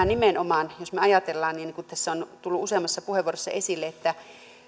nimenomaan jos me ajattelemme niin kuin tässä on tullut useammassa puheenvuorossa esille että jos